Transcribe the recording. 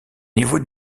niveau